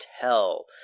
tell